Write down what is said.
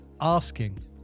asking